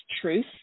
truth